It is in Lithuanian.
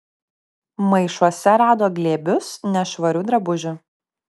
maišuose rado glėbius nešvarių drabužių